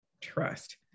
trust